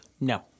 no